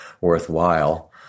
worthwhile